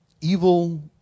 evil